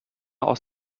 aus